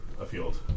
afield